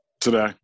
today